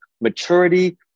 maturity